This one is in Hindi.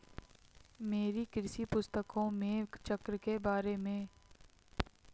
मेरी पुस्तकों में कृषि चक्र के बारे में विस्तार से बताया गया है